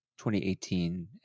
2018